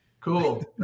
cool